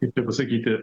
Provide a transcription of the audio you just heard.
kaip tai pasakyti